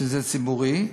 כשזה ציבורי,